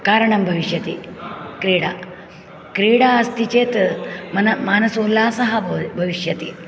कारणं भविष्यति क्रीडा क्रीडा अस्ति चेत् मन मानसोल्लासः बव भविष्यति